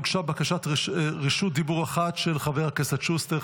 הוגשה בקשת רשות דיבור אחת, של חבר הכנסת שוסטר.